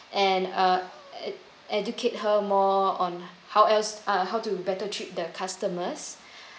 and uh educate her more on how else uh how to better treat the customers